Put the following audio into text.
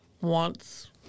wants